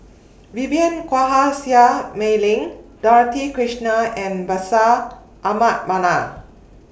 Vivien Quahe Seah Mei Lin Dorothy Krishnan and Bashir Ahmad Mallal